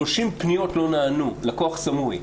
30 פניות לא נענו, לקוח סמוי.